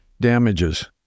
damages